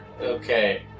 Okay